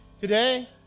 Today